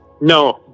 No